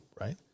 right